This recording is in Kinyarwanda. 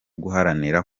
guharanira